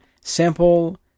sample